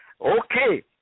Okay